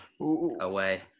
away